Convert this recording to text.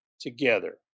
together